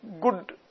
good